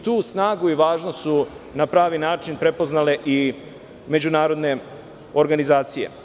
Tu snagu i važnost su na pravi način prepoznale i međunarodne organizacije.